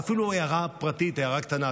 ואפילו הערה פרטית, הערה קטנה.